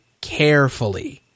carefully